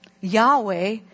Yahweh